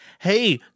Hey